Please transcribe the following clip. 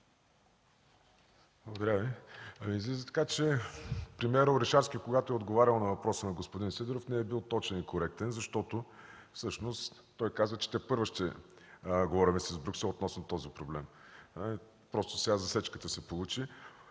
Благодаря Ви. Излиза така, че премиерът Орешарски, когато е отговарял на въпроса на господин Сидеров, не е бил точен и коректен, защото всъщност каза, че тепърва ще говорим с Брюксел относно този проблем, просто сега засечката се получи.